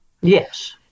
Yes